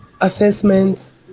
assessments